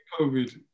COVID